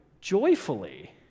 joyfully